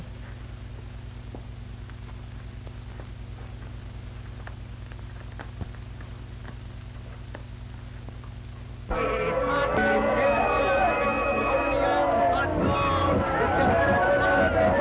from